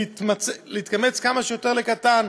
כמה שיותר לקטון,